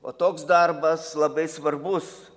o toks darbas labai svarbus